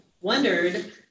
wondered